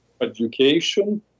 Education